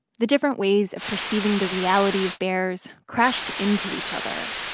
the different ways of perceiving the reality of bears crashed into each other.